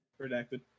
redacted